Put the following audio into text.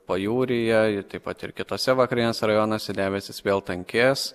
pajūryje ji taip pat ir kituose vakariniuose rajonuose debesys vėl tankės